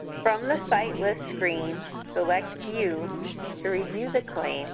from the site list screen, select view to review the claim